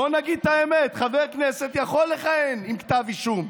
בואו נגיד את האמת: חבר כנסת יכול לכהן עם כתב אישום,